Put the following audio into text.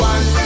One